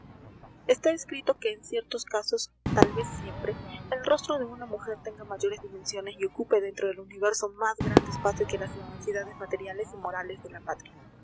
está escrito que en ciertos casos tal vez siempre el rostro de una mujer tenga mayores dimensiones y ocupe dentro del universo más grande espacio que las inmensidades materiales y morales de la patria